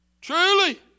Truly